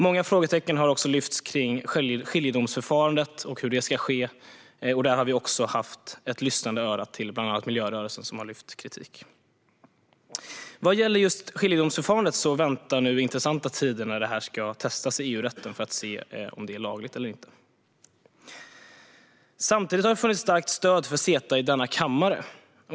Många frågetecken har också funnits gällande skiljedomsförfarandet och hur det ska ske. Där har vi haft ett lyssnande öra till bland annat miljörörelsen, som har fört fram kritik. Vad gäller just skiljedomsförfarandet väntar nu intressanta tider när detta ska prövas i EU-rätten för att man ske se huruvida det är lagligt. Samtidigt har det funnits ett starkt stöd för CETA i denna kammare.